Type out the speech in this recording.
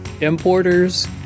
importers